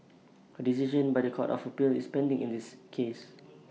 A decision by The Court of appeal is pending in this case